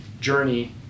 journey